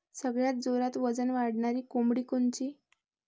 सगळ्यात जोरात वजन वाढणारी कोंबडी कोनची?